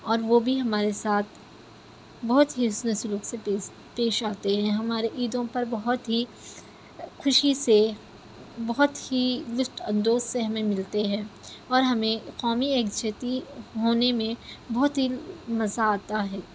اور وہ بھی ہمارے ساتھ بہت ہی حسن سلوک سے پیش آتے ہیں ہمارے عیدوں پر بہت ہی خوشی سے بہت ہی لطف اندوز سے ہمیں ملتے ہیں اور ہمیں قومی یکجہتی ہونے میں بہت ہی مزہ آتا ہے